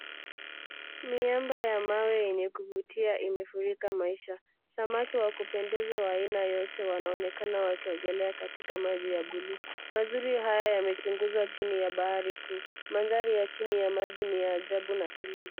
Miamba ya mawe yenye kuvutia imefurika maisha. Samaki wa kupendeza wa aina yote wanaonekana wakiogelea katika maji ya buluu. Mazuri haya yamechunguzwa chini ya bahari kuu. Mandhari ya chini ya maji ni ya ajabu na tulivu.